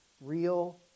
real